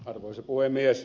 arvoisa puhemies